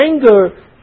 anger